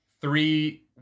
Three